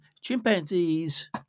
chimpanzees